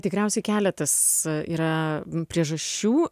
tikriausiai keletas yra priežasčių